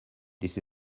this